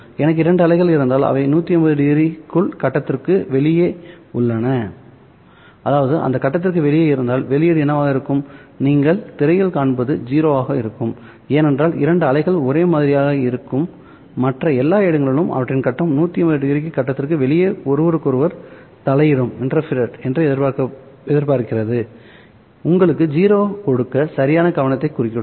எனக்கு இரண்டு அலைகள் இருந்தால் அவை 180ᵒ க்குள் கட்டத்திற்கு வெளியே உள்ளன அதாவது அவை கட்டத்திற்கு வெளியே இருந்தால் வெளியீடு என்னவாக இருக்கும் நீங்கள் திரையில் காண்பது 0 ஆக இருக்கும் ஏனென்றால் இரண்டு அலைகள் ஒரே மாதிரியாக இருக்கும் மற்ற எல்லா இடங்களிலும் அவற்றின் கட்டம் 180ᵒ கட்டத்திற்கு வெளியே ஒருவருக்கொருவர் தலையிடும் என்று எதிர்பார்க்கிறது உங்களுக்கு 0 கொடுக்க சரியான கவனத்தை குறுக்கிடும்